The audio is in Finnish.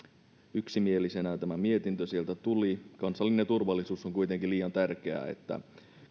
yksimielisenä tämä mietintö sieltä tuli kansallinen turvallisuus on kuitenkin liian tärkeää että